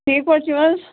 ٹھیٖکھ پٲٹھۍ چھِو حَظ